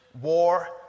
war